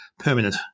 Permanent